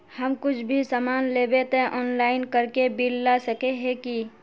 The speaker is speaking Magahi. हम कुछ भी सामान लेबे ते ऑनलाइन करके बिल ला सके है की?